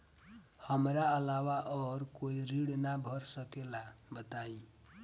हमरा अलावा और कोई ऋण ना भर सकेला बताई?